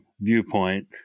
viewpoint